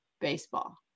baseball